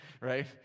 right